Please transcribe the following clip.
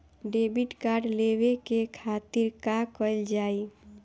Debit card लेवे के खातिर का कइल जाइ?